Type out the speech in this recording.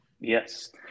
Yes